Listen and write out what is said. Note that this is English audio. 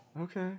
Okay